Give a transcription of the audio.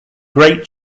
great